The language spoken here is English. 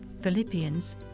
philippians